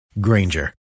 Granger